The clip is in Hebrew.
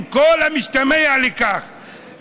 עם כל המשתמע מכך,